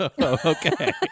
Okay